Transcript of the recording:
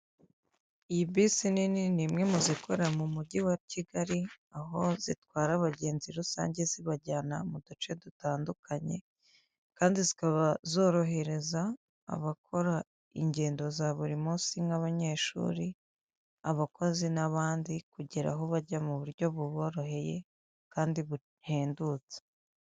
Iyi bisi nini n'imwe muzikora mumugi wa kigali aho zitwara abagenzi rusange zibaryana muduce dutandukanye, kandi zikaba zorohereza abakora ingendo za buri munsi nk'abanyeshuri, abakozi n'abandi kugira aho bajya m'uburyo buboroheye kandi buhendutse.